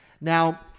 Now